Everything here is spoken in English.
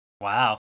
Wow